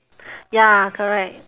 ya correct